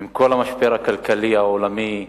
עם כל המשבר הכלכלי העולמי,